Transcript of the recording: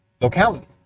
locality